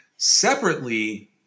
Separately